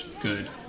good